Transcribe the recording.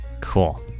cool